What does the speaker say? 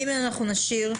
ג נשאיר.